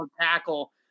tackle